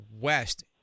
West